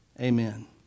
Amen